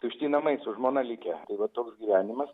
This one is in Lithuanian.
tušti namai su žmona likę tai vat toks gyvenimas